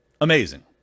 amazing